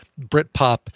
Britpop